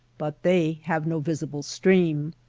but they have no visible stream.